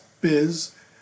biz